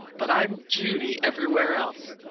but i'm judy everywhere else.